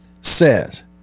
says